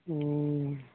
ᱦᱩᱸᱻ